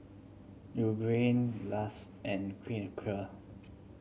Lush and Clean and Clear